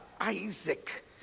Isaac